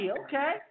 okay